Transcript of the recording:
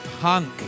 punk